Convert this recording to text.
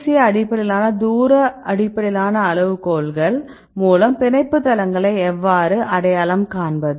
ASA அடிப்படையிலான தூர அடிப்படையிலான அளவுகோல்கள் மூலம் பிணைப்பு தளங்களை எவ்வாறு அடையாளம் காண்பது